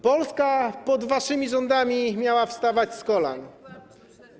Polska pod waszymi rządami miała wstawać z kolan.